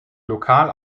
lokal